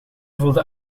voelden